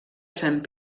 saint